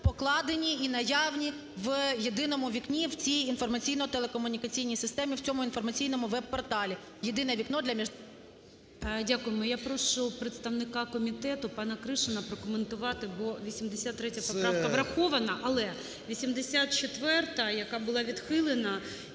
покладені і наявні в "єдиному вікні", в цій інформаційно-телекомунікаційній системі, в цьому інформаційному веб-порталі